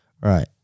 Right